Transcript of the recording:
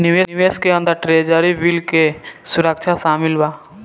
निवेश के अंदर ट्रेजरी बिल के सुरक्षा शामिल बा